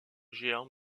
géants